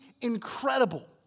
incredible